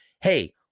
Hey